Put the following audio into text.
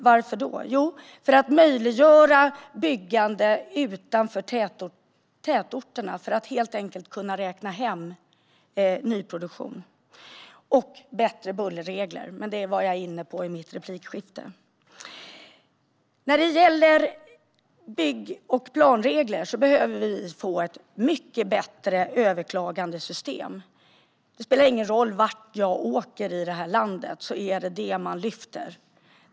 Varför då? Jo, vi behöver det för att möjliggöra byggande utanför tätorterna och därigenom kunna räkna hem nyproduktion. Vi behöver även bättre bullerregler, men det tog jag upp i ett tidigare replikskifte. Vad gäller bygg och planregler krävs ett mycket bättre överklagandesystem. Det spelar ingen roll vart jag åker i landet - det är detta som folk lyfter fram.